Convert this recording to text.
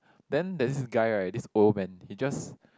then there's this guy right this old man he just